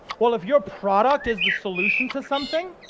well, if your product is the solution to something,